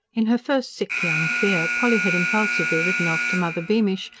in her first sick young fear polly had impulsively written off to mother beamish,